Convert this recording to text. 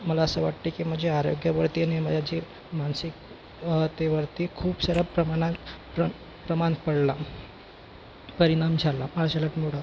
मला असं वाटते की माझ्या आरोग्यावरती आणि माझ्या जे मानसिक तेवरती खूप साऱ्या प्रमाणात प्र प्रमान पडला परिणाम झाला मार्शल आर्टमुळं